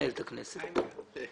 לנהל אתי את